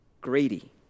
greedy